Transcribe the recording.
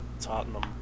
Tottenham